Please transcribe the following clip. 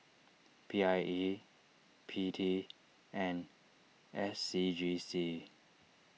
P I E P T and S C G C